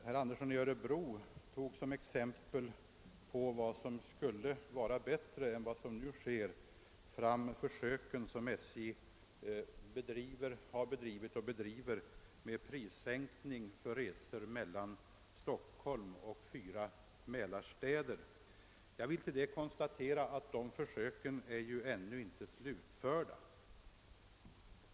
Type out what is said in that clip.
Herr talman! Som exempel på vad som skulle vara bättre än det som nu sker tog herr Andersson i örebro fram de försök som SJ har bedrivit och bedriver med prissänkning för resor mellan Stockholm och fyra Mälarstäder. Jag konstaterar då att försöken ännu inte är slutförda.